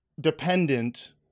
dependent